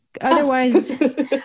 Otherwise